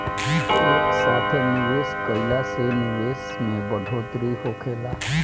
एक साथे निवेश कईला से निवेश में बढ़ोतरी होखेला